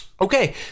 Okay